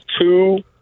two